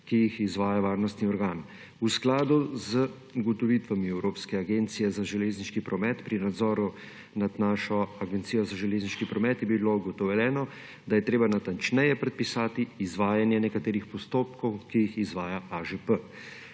ki jih izvaja varnostni organ. V skladu z ugotovitvami evropske agencije za železniški promet pri nadzoru nad našo agencijo za železniški promet je bilo ugotovljeno, da je treba natančneje predpisati izvajanje nekaterih postopkov, ki jih izvaja AŽP.